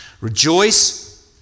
Rejoice